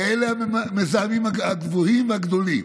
ואלה המזהמים הגבוהים והגדולים.